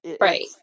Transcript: Right